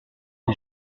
est